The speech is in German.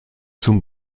zum